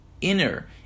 inner